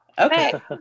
Okay